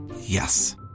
yes